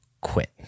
quit